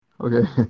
Okay